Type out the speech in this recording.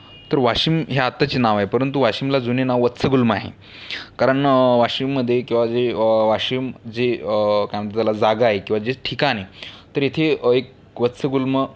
तर वाशिम हे आत्ताचे नाव आहे परंतु वाशिमला जुने नाव वत्सगुल्म आहे कारण वाशिममधे किंवा जे वाशिम जे काय म्हणतात त्याला जागा आहे किंवा जे ठिकाण आहे तर इथे एक वत्सगुल्म